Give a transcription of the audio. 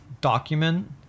document